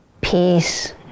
peace